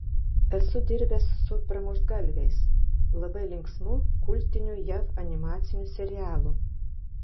esu dirbęs su pramuštgalviais labai linksmu kultiniu jav animaciniu serialu